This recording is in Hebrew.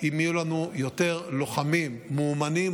אם יהיו לנו יותר לוחמים מאומנים,